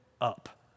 up